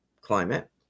climate